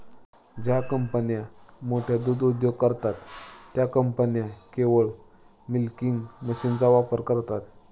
ज्या कंपन्या मोठे दूध उद्योग करतात, त्या कंपन्या केवळ मिल्किंग मशीनचा वापर करतात